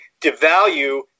devalue